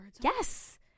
yes